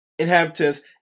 inhabitants